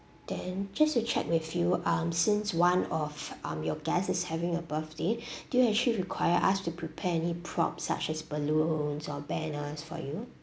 then just to check with you um since one of um your guest is having a birthday do you actually require us to prepare any prop such as balloons or banners for you